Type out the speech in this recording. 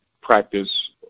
practice